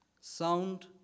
Sound